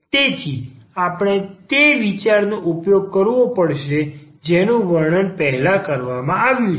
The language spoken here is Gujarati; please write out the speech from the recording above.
તેથી આપણે તે વિચારનો ઉપયોગ કરવો પડશે જેનું વર્ણન પહેલા કરવામાં આવ્યું છે